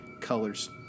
Colors